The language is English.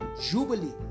Jubilee